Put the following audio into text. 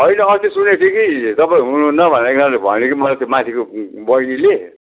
होइन अस्ति सुनेको थिएँ कि तपाईँ हुनुहुन्न भनेर एकजनाले भन्यो कि मलाई त्यो माथिको बहिनीले